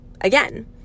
again